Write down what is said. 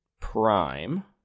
prime